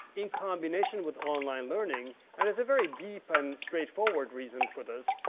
in combination with online learning and is a very deep and straight forward reason for this.